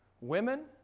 women